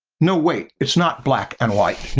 no, wait. it's not black and white.